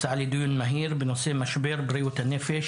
הצעה לדיון מהיר בנושא: "משבר בריאות הנפש